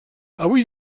avui